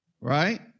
right